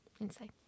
inside